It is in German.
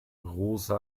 rosa